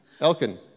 Elkin